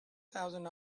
thousand